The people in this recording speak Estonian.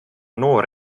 noor